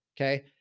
okay